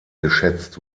geschätzt